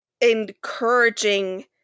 encouraging